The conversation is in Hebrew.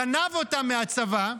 גנב אותן מהצבא,